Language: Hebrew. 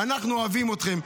אנחנו אוהבים אתכם.